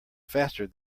faster